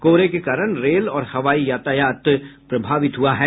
कोहरे के कारण रेल और हवाई यातायात प्रभावित हुआ है